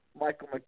Michael